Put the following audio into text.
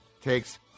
takes